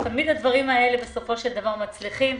אז תמיד הדברים האלה בסופו של דבר מצליחים.